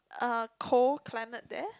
uh cold climate there